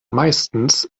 meistens